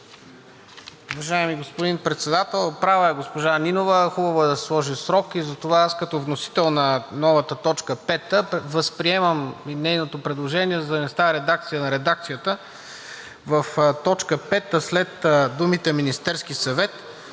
Уважаеми господин Председател, права е госпожа Нинова – хубаво е да се сложи срок и затова аз като вносител на новата т. 5 възприемам и нейното предложение. За да не става редакция на редакцията, в т. 5 след думите „Министерски съвет“